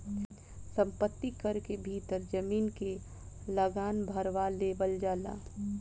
संपत्ति कर के भीतर जमीन के लागान भारवा लेवल जाला